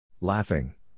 Laughing